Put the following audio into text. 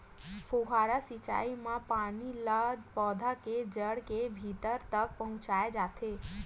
फव्हारा सिचई म पानी ल पउधा के जड़ के भीतरी तक पहुचाए जाथे